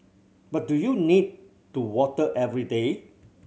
but do you need to water every day